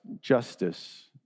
justice